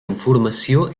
informació